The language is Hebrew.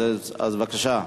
אז בבקשה.